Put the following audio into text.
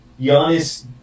Giannis